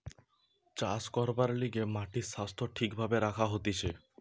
চাষ করবার লিগে মাটির স্বাস্থ্য ঠিক ভাবে রাখা হতিছে